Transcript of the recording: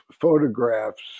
photographs